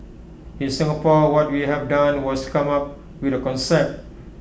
in Singapore what we have done was come up with A concept